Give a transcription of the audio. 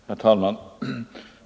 Herr talman!